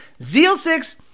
Z06